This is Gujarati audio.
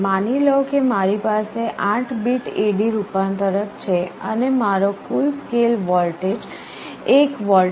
માની લો કે મારી પાસે 8 બીટ AD રૂપાંતરક છે અને મારો ફુલ સ્કેલ વોલ્ટેજ 1 વોલ્ટ છે